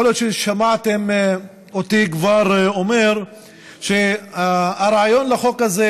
יכול להיות ששמעתם אותי כבר אומר שהרעיון לחוק הזה